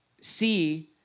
see